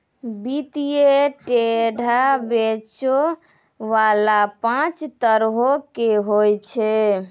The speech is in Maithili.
वित्तीय डेटा बेचै बाला पांच तरहो के होय छै